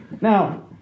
Now